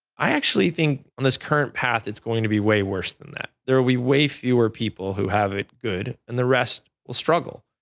i actually think in this current path it's going to be way worse than that. there were way fewer people who have it good and the rest will struggle.